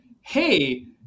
hey